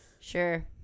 Sure